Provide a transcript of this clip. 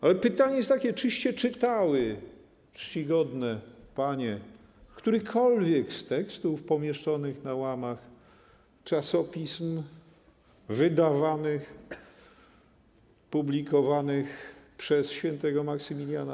Ale pytanie jest takie: Czyście czytały, czcigodne panie, którykolwiek z tekstów pomieszczonych na łamach czasopism wydawanych, publikowanych przez św. Maksymiliana?